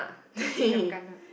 what is giam gana